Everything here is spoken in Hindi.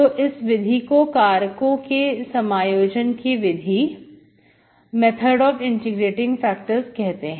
तो इस विधि को कारकों के समायोजन की विधि कहते हैं